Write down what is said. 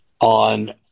on